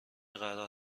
قرار